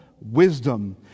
wisdom